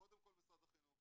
קודם כל משרד החינוך.